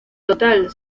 total